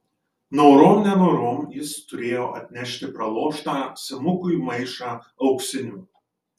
norom nenorom jis turėjo atnešti praloštą simukui maišą auksinių